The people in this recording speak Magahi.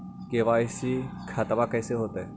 के.वाई.सी खतबा कैसे होता?